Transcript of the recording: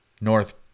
North